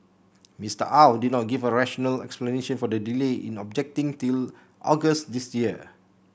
Mister Au did not give a rational explanation for the delay in objecting till August this year